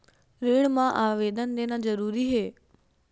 ऋण मा आवेदन देना जरूरी हे?